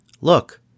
Look